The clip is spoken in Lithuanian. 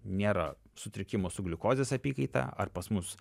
nėra sutrikimo su gliukozės apykaita ar pas mus